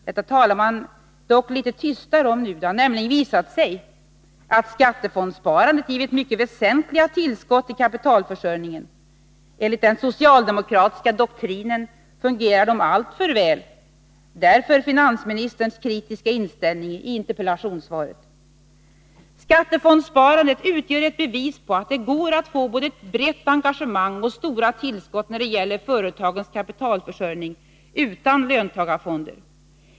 Detta talar man dock litet tystare om nu. Det har nämligen visat sig att skattefondssparandet givit mycket väsentliga tillskott till kapitalförsörjningen. Enligt den socialdemokratiska doktrinen fungerar det alltför väl, därav finansministerns kritiska inställning i interpellationssvaret. Skattefondssparandet utgör ett bevis på att det går att få både ett brett engagemang och stora tillskott när det gäller företagens kapitalförsörjning utan löntagarfonder.